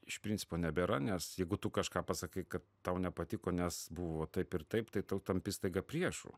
iš principo nebėra nes jeigu tu kažką pasakai kad tau nepatiko nes buvo taip ir taip tai tu tampi staiga priešu